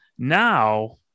Now